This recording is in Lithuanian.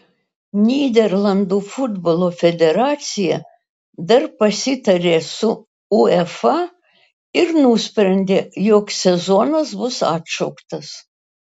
nyderlandų futbolo federacija dar pasitarė su uefa ir nusprendė jog sezonas bus atšauktas